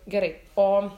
gerai o